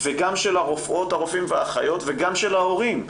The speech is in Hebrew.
וגם של הרופאות, הרופאים והאחיות, וגם של ההורים.